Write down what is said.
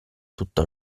tutto